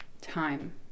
time